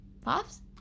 Pops